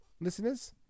Listeners